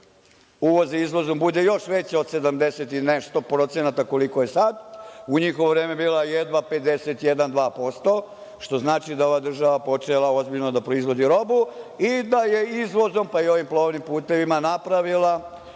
uvozom-izvozom bude još veća od sedamdeset i nešto procenata koliko je sada, u njihovo vreme bila je jedva 51, 52%, što znači da je ova država počela ozbiljno da proizvodi robu i da je izvozom pa i ovim plovnim putevima napravila